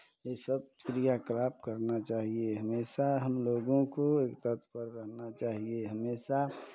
ये सब क्रिया कलाप करना चाहिये हमेशा हम लोगों को तत्पर रहना चाहिये हमेशा